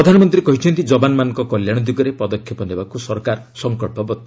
ପ୍ରଧାନମନ୍ତ୍ରୀ କହିଛନ୍ତି ଯବାନମାନଙ୍କ କଲ୍ୟାଣ ଦିଗରେ ପଦକ୍ଷେପ ନେବାକୁ ସରକାର ସଙ୍କଚ୍ଚବଦ୍ଧ